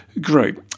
great